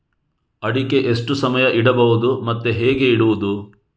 ಅಡಿಕೆ ಎಷ್ಟು ಸಮಯ ಇಡಬಹುದು ಮತ್ತೆ ಹೇಗೆ ಇಡುವುದು?